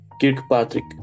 Kirkpatrick